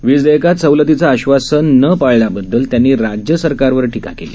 वीज देयकात सवलतीचं आश्वासन न पाळल्याबददल त्यांनी राज्य सरकारवर टीका केली